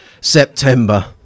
September